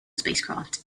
spacecraft